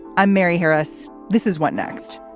i'm mary harris. this is what next.